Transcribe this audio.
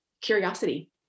curiosity